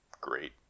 great